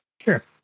Sure